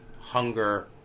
hunger